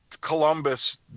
Columbus